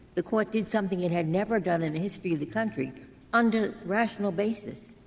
the court did something it had never done in the history of the country under rational basis.